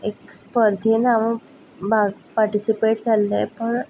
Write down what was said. एक स्पर्धेन हांव भाग पारटीसिपेट जाल्लें पण